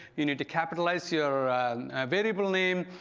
you need to capitalize your variable name,